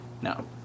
No